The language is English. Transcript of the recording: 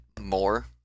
more